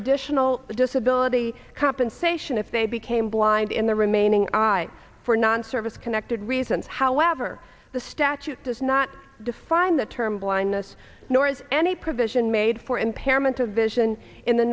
additional disability compensation if they became blind in the remaining eye for non service connected reasons however the statute does not define the term blindness nor is any provision made for impairment of vision in the